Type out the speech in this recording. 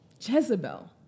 Jezebel